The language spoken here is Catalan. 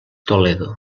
toledo